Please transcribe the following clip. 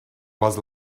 was